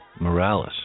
Morales